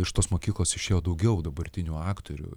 iš tos mokyklos išėjo daugiau dabartinių aktorių